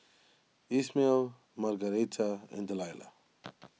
Ismael Margaretta and Delilah